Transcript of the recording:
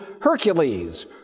Hercules